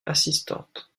assistante